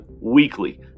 weekly